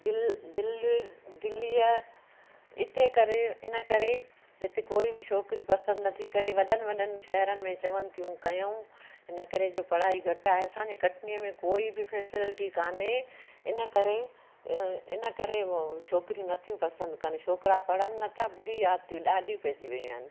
दिल्लीअ इते करे इन करे हिते कोई बि छोकिरी पसंदि नथी करे वॾनि वॾनि शहरनि में चवनि थियूं कयूं हिन करे जो पढ़ाई घटि आहे असांजे कटनीअ में कोई बि फैसलिटी कोन्हे इन करे इन करे उहो छोकिरियूं नथियूं पसंदि कनि छोकिरा पढ़नि नथा बुरी आदतियूं ॾाढी पहिजी वियूं आहिनि